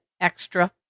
extra